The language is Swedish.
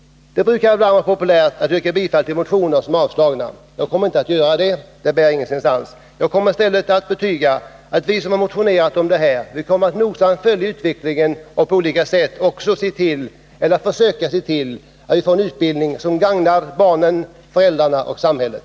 Det brukar vara populärt att yrka bifall till motioner som är avstyrkta. Jag kommer inte att göra det, det leder ingenstans. Men jag vill stryka under att vi som har motionerat i denna fråga kommer att nogsamt följa utvecklingen och försöka se till att vi får en utbildning som gagnar barnen, föräldrarna och samhället.